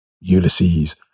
Ulysses